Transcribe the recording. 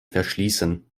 verschließen